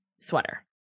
sweater